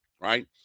right